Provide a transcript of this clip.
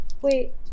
Wait